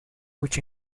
which